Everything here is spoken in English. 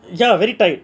ya very tight